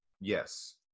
yes